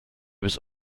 was